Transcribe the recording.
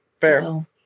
Fair